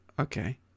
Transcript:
Okay